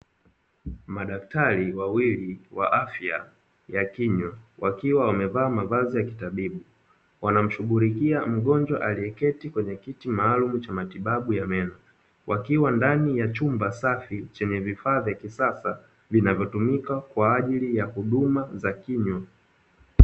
Madaktari wawili wa afya ya kinywa wakiwa wamevaa mavazi ya kitabibu, wanamshughulikia mgonjwa aliyeketi kwenye kiti maalumu cha matibabu ya meno, wakiwa ndani ya chumba safi chenye vifaa vya kisasa vinavyotumika kwa ajili ya huduma za kinywa.